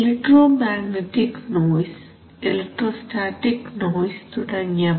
electromagnetic noise electrostatic noise തുടങ്ങിയവ